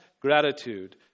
gratitude